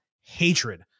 hatred